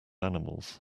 animals